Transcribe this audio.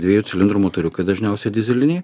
dviejų cilindrų motoriukai dažniausiai dyzeliniai